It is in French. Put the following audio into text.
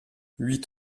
huit